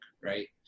right